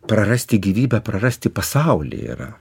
prarasti gyvybę prarasti pasaulį yra